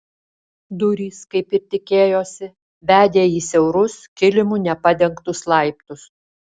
durys kaip ir tikėjosi vedė į siaurus kilimu nepadengtus laiptus